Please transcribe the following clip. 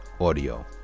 audio